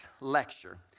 lecture